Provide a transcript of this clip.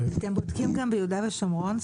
אתם בודקים גם ביהודה ושומרון?